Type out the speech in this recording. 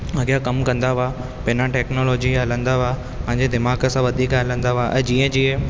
अॻियां कमु कंदा हुआ बिना टैक्नोलॉजी हलंदा हुआ पंहिंजे दीमाग़ु सां वधीक हलंदा हुआ ऐं जीअं जीअं